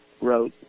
wrote